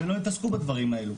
והם לא יתעסקו בדברים האלו.